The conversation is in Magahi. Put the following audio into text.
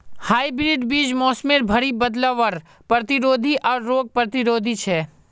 हाइब्रिड बीज मोसमेर भरी बदलावर प्रतिरोधी आर रोग प्रतिरोधी छे